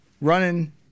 running